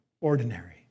ordinary